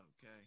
Okay